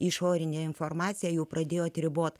išorinė informacija jau pradėjo atriboti